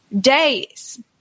days